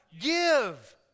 give